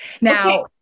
Now